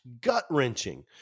gut-wrenching